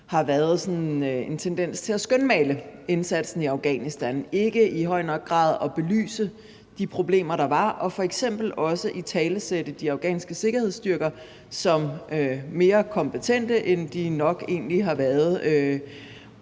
har været sådan en tendens til at skønmale indsatsen i Afghanistan og ikke i høj nok grad belyse de problemer, der var, og f.eks. også italesætte de afghanske sikkerhedsstyrker som mere kompetente, end de nok egentlig har været.